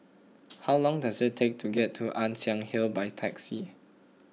how long does it take to get to Ann Siang Hill by taxi